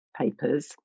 papers